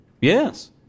Yes